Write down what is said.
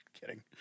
kidding